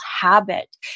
habit